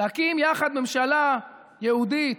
להקים יחד ממשלה יהודית,